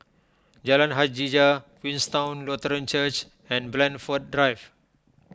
Jalan Hajijah Queenstown Lutheran Church and Blandford Drive